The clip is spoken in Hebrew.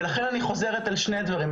ולכן, אני חוזרת על שני הדברים.